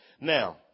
Now